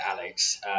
Alex